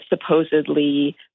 supposedly